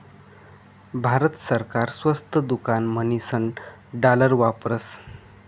भारत सरकार स्वस्त दुकान म्हणीसन डालर वापरस